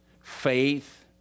faith